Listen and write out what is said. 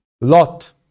Lot